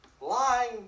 lying